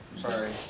sorry